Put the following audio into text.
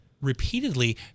repeatedly